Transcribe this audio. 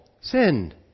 sinned